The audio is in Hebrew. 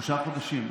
שלושה חודשים,